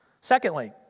Secondly